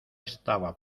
estaba